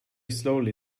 slowly